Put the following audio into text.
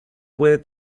puede